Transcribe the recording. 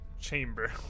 chamber